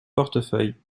portefeuille